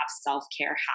self-care